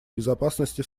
безопасности